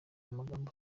amagambo